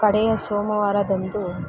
ಕಡೆಯ ಸೋಮವಾರದಂದು